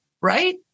right